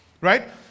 right